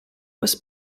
was